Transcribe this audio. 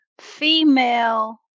female